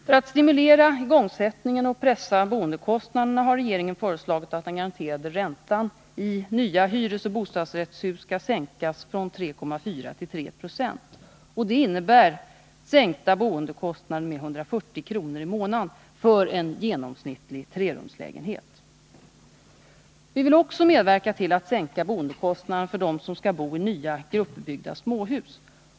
För att stimulera igångsättningen och pressa boendekostnaderna har regeringen föreslagit att den garanterade räntan i nya hyresoch bostadsrättshus skall sänkas från 3,4 till 3 26. Detta innebär sänkta boendekostnader med 140 kr. i månaden för en genomsnittlig trerumslägenhet. Vi vill också medverka till att sänka boendekostnaderna för dem som skall bo i nya gruppbyggda småhus.